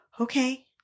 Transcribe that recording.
okay